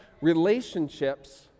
relationships